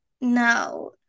No